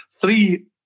three